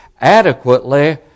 adequately